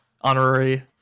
Honorary